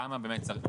כמה באמת צריך,